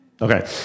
okay